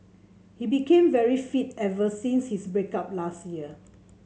he became very fit ever since his break up last year